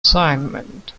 assignment